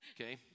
okay